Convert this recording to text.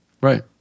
Right